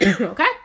Okay